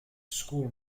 school